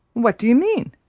what do you mean?